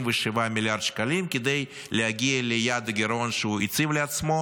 מיליארד שקלים כדי להגיע ליעד הגירעון שהוא הציב לעצמו,